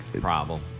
problem